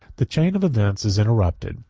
the chain of events is interrupted,